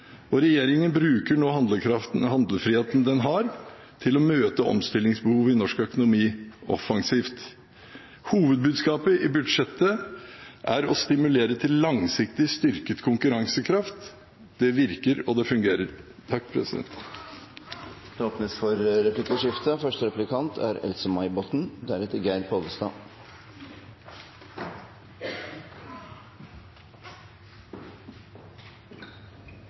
og regjeringen bruker nå handlefriheten den, har til å møte omstillingsbehovet i norsk økonomi offensivt. Hovedbudskapet i budsjettet er å stimulere til langsiktig styrket konkurransekraft. Det virker, og det fungerer. Det blir replikkordskifte. Denne regjeringens viktigste prosjekt er skattekutt. Nå hører vi at de gjør det for at det skal skapes nye arbeidsplasser. Problemet er